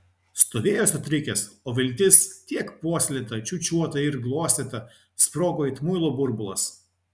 stovėjo sutrikęs o viltis tiek puoselėta čiūčiuota ir glostyta sprogo it muilo burbulas